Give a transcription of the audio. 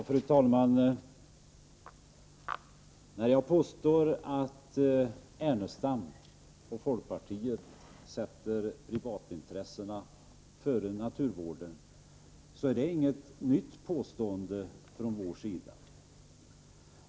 Fru talman! När jag påstår att Ernestam och folkpartiet sätter privatintressena före naturvården är det inget nytt påstående från vår sida.